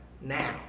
now